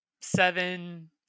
seven